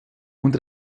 und